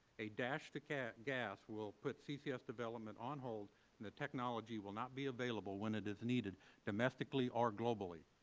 a dash to gas gas will put ccs development on hold and the technology will not be available when it is needed domestically or globally.